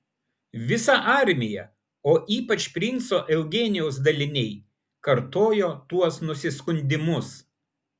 visa armija o ypač princo eugenijaus daliniai kartojo tuos nusiskundimus